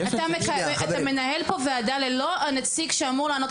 אתה מנהל פה ועדה ללא הנציג שאמור לענות,